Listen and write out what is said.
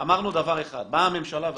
באה הממשלה ואמרה: